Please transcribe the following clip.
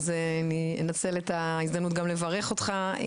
אז אני אנצל את ההזדמנות גם לברך אותך.